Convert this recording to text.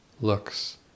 looks